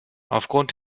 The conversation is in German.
aufgrund